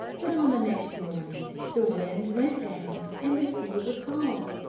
but on the next morning the wind went down and the sea was calm.